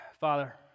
Father